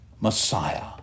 Messiah